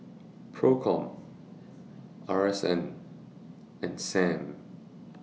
PROCOM R S N and SAM